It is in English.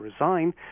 resign